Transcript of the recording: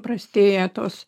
prastėja tos